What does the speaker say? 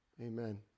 Amen